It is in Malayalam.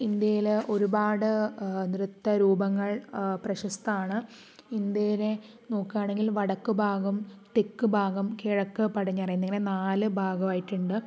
ഇന്ത്യയിലെ ഒരുപാട് നൃത്ത രൂപങ്ങൾ പ്രശസ്തമാണ് ഇന്ത്യയിലെ നോക്കുകയാണെങ്കിൽ വടക്ക് ഭാഗം തെക്ക് ഭാഗം കിഴക്ക് പടിഞ്ഞാറ് എന്നിങ്ങനെ നാല് ഭാഗമായിട്ടുണ്ട്